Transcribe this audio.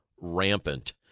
rampant